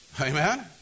Amen